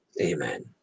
amen